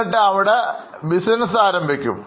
എന്നിട്ട് അവിടെ ബിസിനസ് സ്ഥാപിക്കും